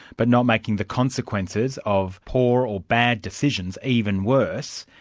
but not making the consequences of poor or bad decisions even worse,